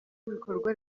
ibikorwa